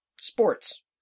sports